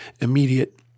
immediate